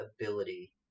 ability